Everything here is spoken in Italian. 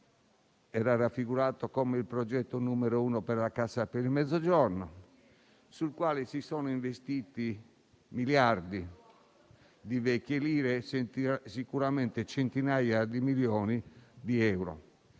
raffigurato come il progetto numero uno per la Cassa per il Mezzogiorno, sul quale si sono investiti miliardi di vecchie lire e sicuramente centinaia di milioni di euro